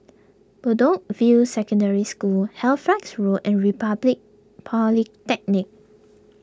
Bedok View Secondary School Halifax Road and Republic Polytechnic